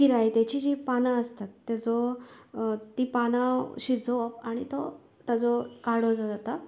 किरायत्याची जी पानां आसतात तेंचो ती पानां शिजोवप आनी तो तेचो काडो जो जाता